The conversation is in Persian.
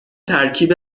ترکیب